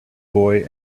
boy